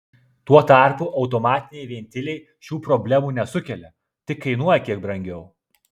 tuo tarpu automatiniai ventiliai šių problemų nesukelia tik kainuoja kiek brangiau